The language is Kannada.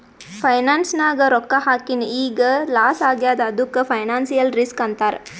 ಫೈನಾನ್ಸ್ ನಾಗ್ ರೊಕ್ಕಾ ಹಾಕಿನ್ ಈಗ್ ಲಾಸ್ ಆಗ್ಯಾದ್ ಅದ್ದುಕ್ ಫೈನಾನ್ಸಿಯಲ್ ರಿಸ್ಕ್ ಅಂತಾರ್